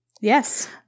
yes